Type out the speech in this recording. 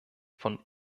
von